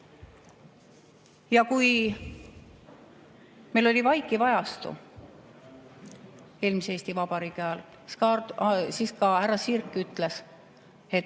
Ja kui meil oli vaikiv ajastu eelmise Eesti Vabariigi ajal, siis härra Sirk ütles, et